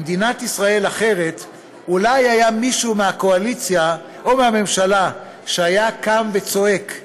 במדינת ישראל אחרת אולי היה מישהו מהקואליציה או מהממשלה קם וצועק,